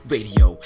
Radio